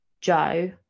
Joe